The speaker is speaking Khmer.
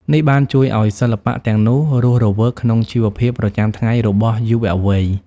នេះបានជួយឲ្យសិល្បៈទាំងនោះរស់រវើកក្នុងជីវភាពប្រចាំថ្ងៃរបស់យុវវ័យ។